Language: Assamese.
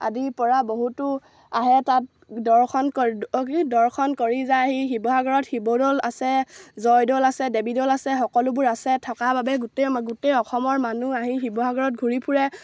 আদিৰ পৰা বহুতো আহে তাত দৰ্শন কৰি দৰ্শন কৰি যায়হি আহি শিৱসাগৰত শিৱদৌল আছে জয়দৌল আছে দেৱী দৌল আছে সকলোবোৰ আছে থকা বাবে গোটেই গোটেই অসমৰ মানুহ আহি শিৱসাগৰত ঘূৰি ফুৰে